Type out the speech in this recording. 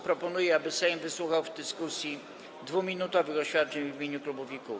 Proponuję, aby Sejm wysłuchał w dyskusji 2-minutowych oświadczeń w imieniu klubów i kół.